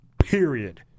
Period